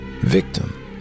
victim